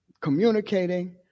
communicating